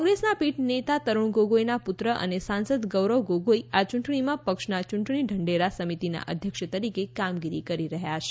કોંગ્રેસના પીઢ નેતા તરુણ ગોગોઈના પુત્ર અને સાંસદ ગૌરવ ગોગોઈ આ યૂંટણીમાં પક્ષના ચૂંટણી ઢંઢેરા સમિતિના અધ્યક્ષ તરીકે કામગીરી કરી રહ્યા છે